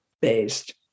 based